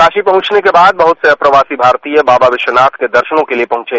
काशी पहुंचने के बाद बहुत से अप्रवासी भारतीय बाबा विश्वानाथ के दर्शनों के लिए पहुंचे